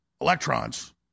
electrons